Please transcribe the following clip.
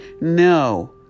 no